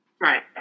Right